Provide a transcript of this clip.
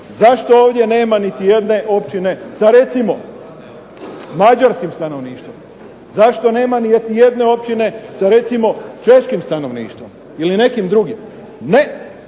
Zašto je ovdje nema niti jedne općine sa recimo sa Mađarskim stanovništvo, zašto recimo nema niti jedne općine sa Švedskim stanovništvom ili nekim drugim. Ne,